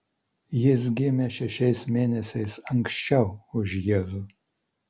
jis gimė šešiais mėnesiais anksčiau už jėzų